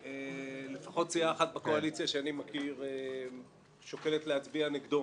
ושלפחות סיעה אחת בקואליציה שאני מכיר שוקלת להצביע נגדו.